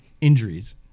injuries